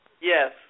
Yes